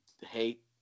hate